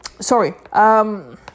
Sorry